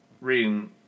reading